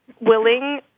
willing